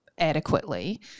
adequately